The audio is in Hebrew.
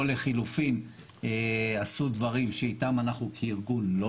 או לחילופין עשו דברים שאיתם אנחנו כארגון לא